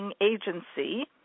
Agency